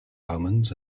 omens